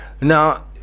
Now